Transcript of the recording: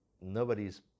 nobody's